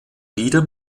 lieder